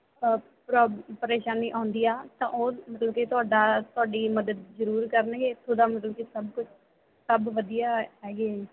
ਅ ਪਰੋਬ ਪਰੇਸ਼ਾਨੀ ਆਉਂਦੀ ਆ ਤਾਂ ਉਹ ਮਤਲਬ ਕਿ ਤੁਹਾਡਾ ਤੁਹਾਡੀ ਮਦਦ ਜ਼ਰੂਰ ਕਰਨਗੇ ਇੱਥੋਂ ਦਾ ਮਤਲਬ ਕਿ ਸਭ ਕੁਝ ਸਭ ਵਧੀਆ ਹੈਗੇ ਆ ਜੀ